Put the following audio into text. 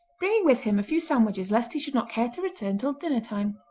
bringing with him a few sandwiches lest he should not care to return till dinner time.